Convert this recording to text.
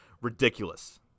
ridiculous